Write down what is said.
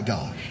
God